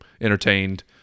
entertained